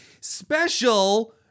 special